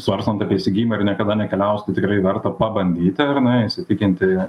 svarstant apie įsigijimą ir niekada nekeliavus tai tikrai verta pabandyti ar ne įsitikinti